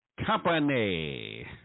company